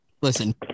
Listen